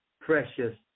precious